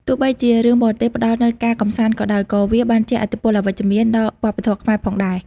ទោះបីជារឿងបរទេសផ្តល់នូវការកម្សាន្តក៏ដោយ ក៏វាបានជះឥទ្ធិពលអវិជ្ជមានដល់វប្បធម៌ខ្មែរផងដែរ។